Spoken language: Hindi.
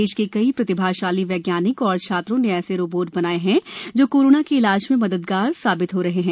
देश के कई प्रतिभाशाली वैज्ञानिक और छात्रों ने ऐसे रोबोट बनाएं हैं जो कोरोना के इलाज में मददगार साबित हो रहे हैं